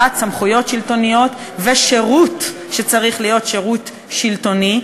סמכויות שלטוניות ושירות שצריך להיות שירות שלטוני,